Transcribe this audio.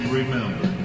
remember